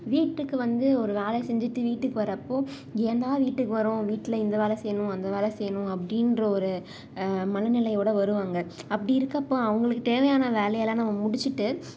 வீட்டுக்கு வந்து ஒரு வேலை செஞ்சுட்டு வீட்டுக்கு வரப்போது ஏன்டா வீட்டுக்கு வரோம் வீட்டில் இந்த வேலை செய்யணும் அந்த வேலை செய்யணும் அப்படின்ற ஒரு மனநிலையோடு வருவாங்க அப்படி இருக்கப்போ அவங்களுக்கு தேவையான வேலையெல்லாம் நம்ம முடிச்சுட்டு